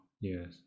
yes